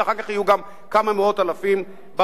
ואחר כך יהיו גם כמה מאות אלפים ברחובות.